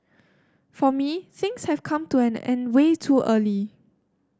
for me things have come to an end way too early